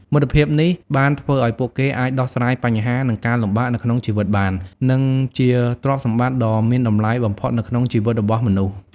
មិត្តភាពនេះបានធ្វើឲ្យពួកគេអាចដោះស្រាយបញ្ហា និងការលំបាកនៅក្នុងជីវិតបាន និង វជាទ្រព្យសម្បត្តិដ៏មានតម្លៃបំផុតនៅក្នុងជីវិតរបស់មនុស្ស។